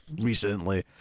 recently